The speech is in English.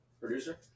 Producer